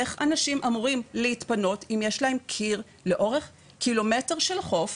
איך אנשים אמורים להתפנות אם יש להם קיר לאורך קילומטר של החוף